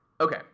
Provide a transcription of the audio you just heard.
Okay